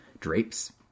drapes